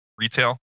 retail